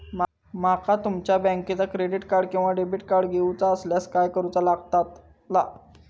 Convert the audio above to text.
माका तुमच्या बँकेचा क्रेडिट कार्ड किंवा डेबिट कार्ड घेऊचा असल्यास काय करूचा लागताला?